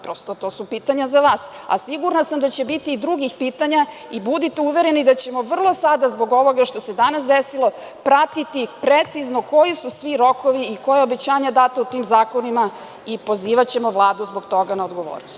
Prosto, to su pitanja za vas, a sigurna sam da će biti i drugih pitanja i budite uvereni da ćemo vrlo sada zbog ovoga što se danas desilo, pratiti precizno koji su svi rokovi i koja obećanja data u tim zakonima i pozivaćemo Vladu zbog toga na odgovornost.